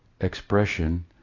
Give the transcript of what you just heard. expression